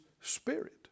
spirit